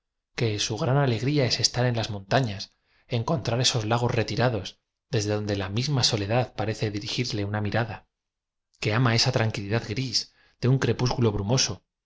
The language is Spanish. que su gran alegria es estar en las montafias encontrar esos lagos retirados desde donde la misma soledad parece dirigirle una mirada que ama esa tranquilidad gris de un crepúsculo brumoso